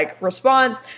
response